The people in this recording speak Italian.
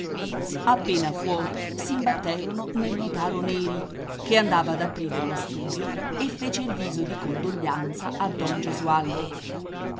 appena fuori si imbatterono nel notaro neri che andava ad aprire lo studio e fece il viso di condoglianza a don gesualdo